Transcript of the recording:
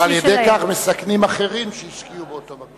על-ידי כך מסכנים אחרים שהשקיעו באותו מקום.